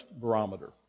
barometer